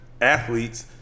athletes